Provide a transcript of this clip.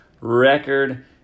record